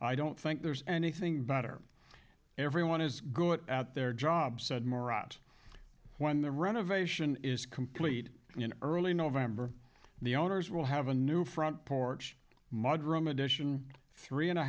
i don't think there's anything better everyone is good at their jobs said murat when the renovation is complete and in early november the owners will have a new front porch mud room addition three and a